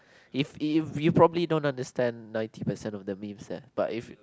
if if you probably don't understand ninety percent of the memes there but if